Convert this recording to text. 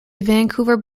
vancouver